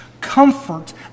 comfort